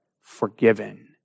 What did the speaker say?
forgiven